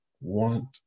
want